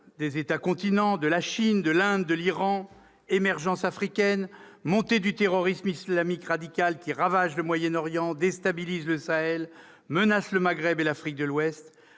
des États-continents, de la Chine, de l'Inde, de l'Iran ; émergence africaine ; montée du terrorisme islamiste radical, qui ravage le Moyen-Orient, déstabilise le Sahel, menace le Maghreb et l'Afrique de l'Ouest